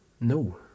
no